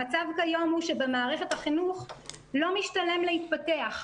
המצב כיום הוא שבמערכת החינוך לא משתלם להתפתח.